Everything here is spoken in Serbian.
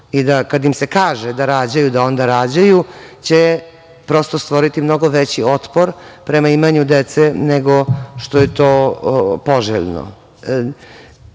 i da kad im se kaže da rađaju da onda rađaju, prosto će stvoriti mnogo veći otpor prema imanju dece, nego što je to poželjno. Porodice